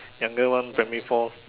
younger one primary four